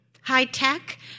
high-tech